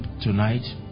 tonight